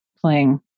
playing